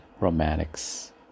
romantics